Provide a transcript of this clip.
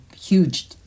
huge